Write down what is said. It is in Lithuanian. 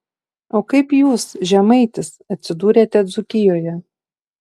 o kaip jūs žemaitis atsidūrėte dzūkijoje